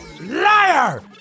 liar